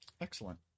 Excellent